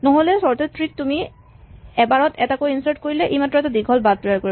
নহলে sorted tree ত তুমি এবাৰত এটাকৈ ইনচাৰ্ট কৰিলে ই মাত্ৰ এটা দীঘল বাট তৈয়াৰ কৰিব